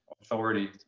authority